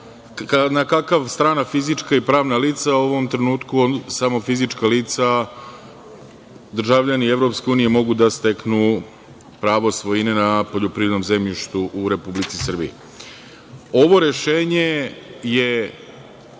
na kakav strana fizička i pravna lica u ovom trenutku samo fizička lica, državljanin EU mogu da steknu pravo svojine na poljoprivrednom zemljištu u Republici Srbiji. Ovo je rešenje po